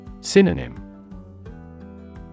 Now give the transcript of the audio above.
Synonym